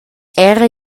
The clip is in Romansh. era